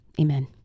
Amen